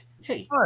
Hey